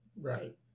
Right